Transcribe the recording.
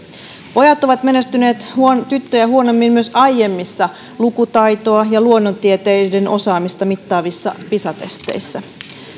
pojat ovat menestyneet tyttöjä huonommin myös aiemmissa lukutaitoa ja luonnontieteiden osaamista mittaavissa pisa testeissä